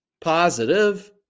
Positive